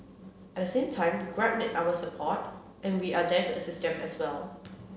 at the same time grab need our support and we are there assist them as well